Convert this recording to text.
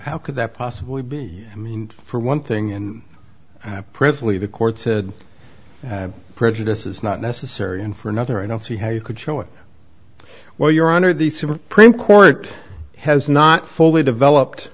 how could that possibly be i mean for one thing and presently the court said prejudice is not necessary and for another i don't see how you could show it well your honor the supreme court has not fully developed